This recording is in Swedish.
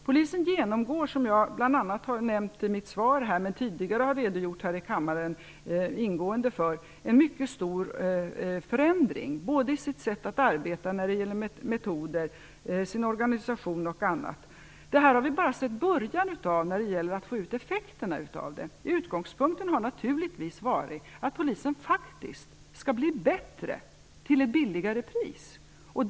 Polisen genomgår, som jag bl.a. har nämnt i mitt svar och även tidigare har redogjort ingående för här i kammaren, en mycket stor förändring i sitt arbetssätt, när det gäller metoder, i sin organisation och annat. Vi har bara sett början av effekterna av detta. Utgångspunkten har naturligtvis varit att Polisen faktiskt skall bli bättre till ett billigare pris.